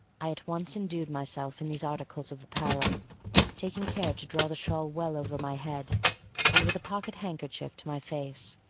i at once endued myself in these articles of apparel taking care to draw the shawl well over my head and with a pocket handkerchief to my face,